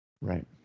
Right